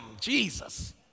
Jesus